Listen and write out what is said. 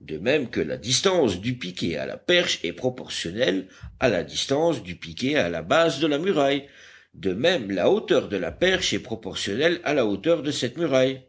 de même que la distance du piquet à la perche est proportionnelle à la distance du piquet à la base de la muraille de même la hauteur de la perche est proportionnelle à la hauteur de cette muraille